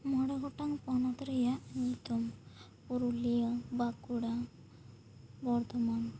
ᱢᱚᱬᱮ ᱜᱚᱴᱟᱝ ᱯᱚᱱᱚᱛ ᱨᱮᱭᱟᱜ ᱧᱩᱛᱩᱢ ᱯᱩᱨᱩᱞᱤᱭᱟᱹ ᱵᱟᱸᱠᱩᱲᱟ ᱵᱚᱨᱫᱷᱚᱢᱚᱱ